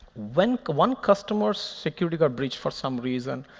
when one customer's security are breached for some reason,